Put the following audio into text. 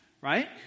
Right